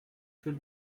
should